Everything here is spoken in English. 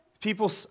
people